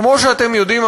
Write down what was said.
כמו שאתם יודעים,